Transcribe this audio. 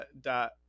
Dot